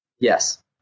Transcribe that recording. Yes